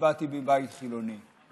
באתי מבית חילוני.